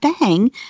bang